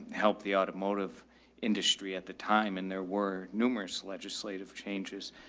help the automotive industry at the time. and there were numerous legislative changes,